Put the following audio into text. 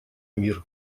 мир